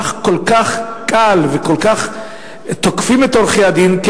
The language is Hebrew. זה הפך כל כך קל וכל כך תוקפים את עורכי-הדין,